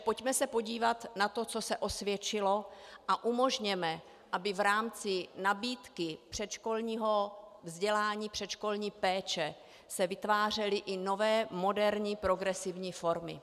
Pojďme se podívat na to, co se osvědčilo, a umožněme, aby v rámci nabídky předškolního vzdělání, předškolní péče se vytvářely i nové, moderní, progresivní formy.